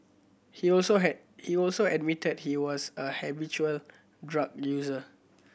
he also he also admitted he was a habitual drug user